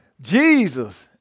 Jesus